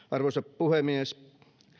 arvoisa puhemies